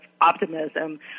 optimism